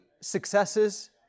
successes